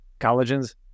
collagens